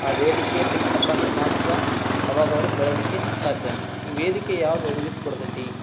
ಆ ವೇದಿಕೆ ಸಿಕ್ನಪ್ಪ ಅಂದ್ರೆ ಮಾತ್ರ ಅವಾಗ ಅವರು ಬೆಳೀಲಿಕ್ಕೆ ಸಾಧ್ಯ ಈ ವೇದಿಕೆ ಯಾವುದು ಒದಗಿಸಿ ಕೊಡ್ತೈತಿ